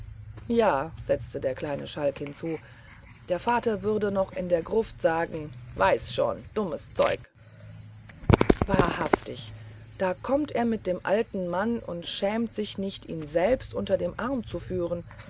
ja setzte der kleine schalk hinzu der vater würde noch in der gruft sagen weiß schon dummes zeug wahrhaftig da kommt er mit dem alten mann und schämt sich nicht ihn selbst unter dem arm zu führen